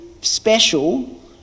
special